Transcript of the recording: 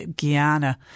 Guyana